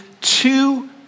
two